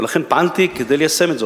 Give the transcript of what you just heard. ולכן פעלתי כדי ליישם זאת.